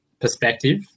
perspective